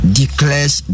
declares